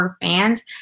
fans